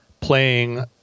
playing